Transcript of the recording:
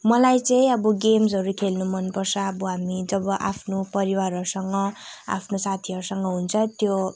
मलाई चाहिँ अब गेम्सहरू खेल्नु मन पर्छ अब हामी जब आफ्नो परिवारहरूसँग आफ्नु साथीहरूसँग हुन्छ त्यो